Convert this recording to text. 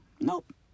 Nope